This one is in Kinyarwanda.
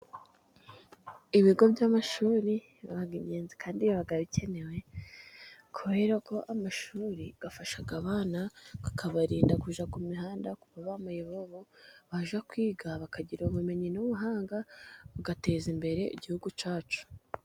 Ibigo by'amashuri ni ingenzi kandi biba bikenewe, kubera ko amashuri afasha abana akabarinda kujya ku mihanda kuba ba mayibobo, bajya kwiga bakagira ubumenyi n'ubuhanga bugateza imbere igihugu cyacu.